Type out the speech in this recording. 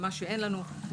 שגם ככה אין לנו מספיק,